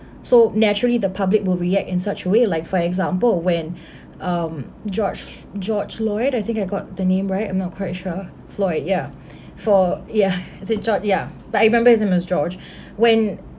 so naturally the public will react in such a way like for example when um george george ~loyd I think I got the name right I'm not quite sure floyd ya for ya is it george ya but I remember his name is george when